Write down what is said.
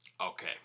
okay